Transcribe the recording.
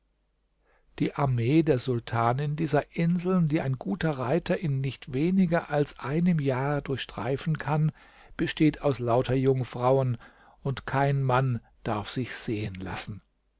die armee der sultanin dieser inseln die ein guter reiter in nicht weniger als einem jahre durchstreifen kann besteht aus lauter jungfrauen und kein mann darf sich sehen lassen